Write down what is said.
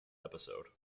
episode